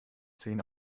zehn